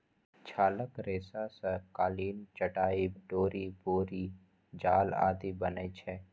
छालक रेशा सं कालीन, चटाइ, डोरि, बोरी जाल आदि बनै छै